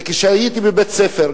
היה כשהייתי בבית-ספר.